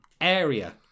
area